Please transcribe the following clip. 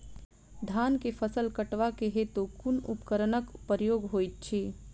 धान केँ फसल कटवा केँ हेतु कुन उपकरणक प्रयोग होइत अछि?